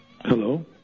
hello